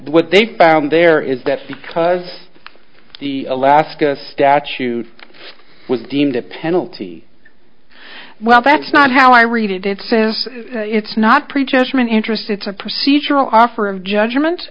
what they found there is that because the alaska statute was deemed a penalty well that's not how i read it it says it's not pre judgment interest it's a procedural offer of judgment